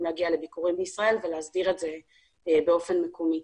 להגיע לביקורים בישראל ולהסדיר את זה באופן מקומי.